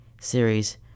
series